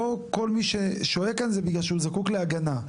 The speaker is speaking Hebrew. לא כל מי ששוהה כאן זה בגלל שהוא זקוק להגנה.